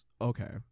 Okay